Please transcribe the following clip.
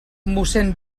mossén